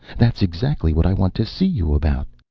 that's exactly what i want to see you about.